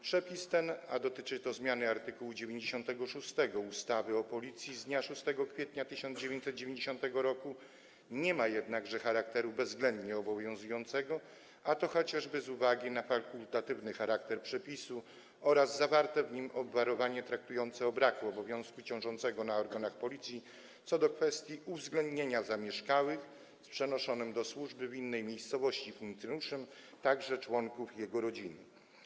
Przepis ten, a dotyczy to zmiany art. 96 ustawy z dnia 6 kwietnia 1990 r. o Policji, nie ma jednakże charakteru bezwzględnie obowiązującego, a to chociażby z uwagi na fakultatywny charakter przepisu oraz zawarte w nim obwarowanie traktujące o braku obowiązku ciążącego na organach Policji co do kwestii uwzględnienia także zamieszkałych z przenoszonym do służby w innej miejscowości funkcjonariuszem członków jego rodziny.